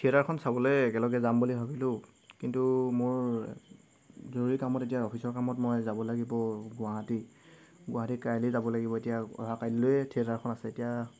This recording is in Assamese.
থিয়েটাৰখন চাবলৈ একেলগে যাম বুলি ভাবিলোঁ কিন্তু মোৰ জৰুৰী কামত এতিয়া অফিচৰ কামত মই যাব লাগিব গুৱাহাটী গুৱাহাটী কাইলৈ যাব লাগিব এতিয়া অহা কাইলৈয়ে থিয়েটাৰখন আছে এতিয়া